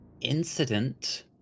incident